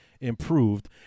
improved